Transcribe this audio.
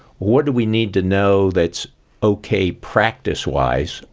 what do we need to know that's okay practice-wise,